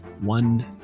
one